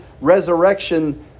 resurrection